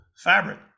fabric